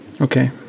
Okay